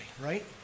right